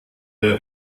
der